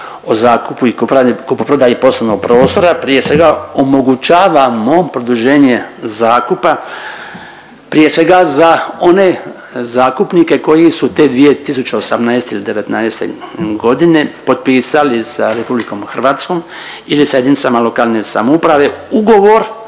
o zakupu i kupoprodaji poslovnog prostora prije svega omogućavamo produženje zakupa prije svega za one zakupnike koji su te 2018./'19.g. potpisali sa RH ili sa JLS ugovor